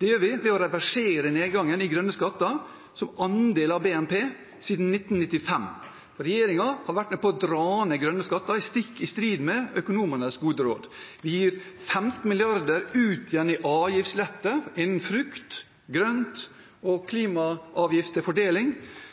Det gjør vi ved å reversere nedgangen i grønne skatter som andel av BNP – siden 1995. Regjeringen har vært med på å dra ned grønne skatter, stikk i strid med økonomenes gode råd. Vi gir 15 mrd. kr ut igjen i avgiftslette innen frukt, grønt og klimaavgift til fordeling